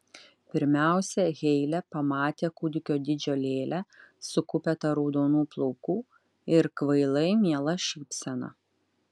pirmiausia heile pamatė kūdikio dydžio lėlę su kupeta raudonų plaukų ir kvailai miela šypsena